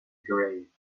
grey